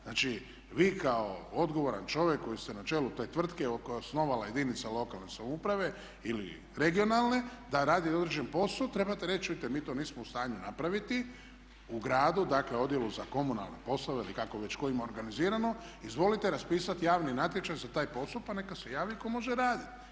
Znači vi kao odgovoran čovjek koji ste na čelu te tvrtke koju je osnovala jedinica lokalne samouprave ili regionalne da radi određeni posao, trebate reći čujte mi to nismo u stanju napraviti, u gradu dakle u odjelu za komunalne poslove ili kako već tko ima organizirano, izvolite raspisati javni natječaj za taj posao pa neka se javi tko može raditi.